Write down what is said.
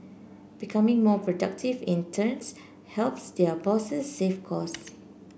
becoming more productive in turns helps their bosses save cost